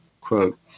Quote